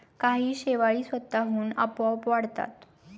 काही शेवाळी स्वतःहून आपोआप वाढतात